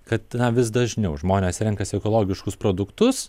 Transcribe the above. kad na vis dažniau žmonės renkasi ekologiškus produktus